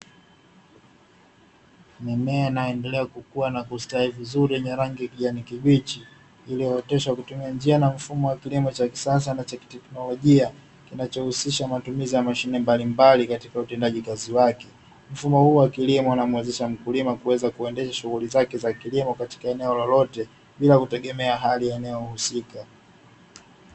Mimea inayoendelea kukuwa na kustawi vizuri yenye rangi kijani kibichi, iliwatesa kutumia njia na mfumo wa kilimo cha kisasa na cha technorajia kinachohusisha matumizi ya mashine mbalimbali katika utendaji kazi wak,e mfumo huu wa kilimowezesha mkulima kuweza kuendesha shughuli zake za kilimo katika eneo lolote, bilakutegemea hali ya eneo husika.